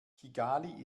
kigali